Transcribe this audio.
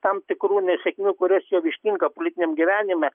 tam tikrų nesėkmių kurios jau ištinka politiniam gyvenime